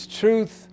truth